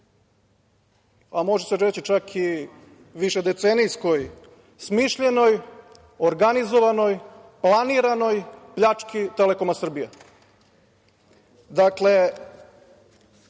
a može se reći čak i višedecenijski smišljenoj, organizovanoj, planiranoj pljački „Telekoma Srbija“.